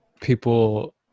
people